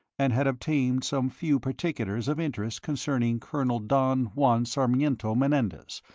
and had obtained some few particulars of interest concerning colonel don juan sarmiento menendez,